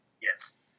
yes